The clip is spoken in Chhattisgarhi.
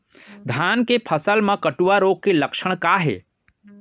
धान के फसल मा कटुआ रोग के लक्षण का हे?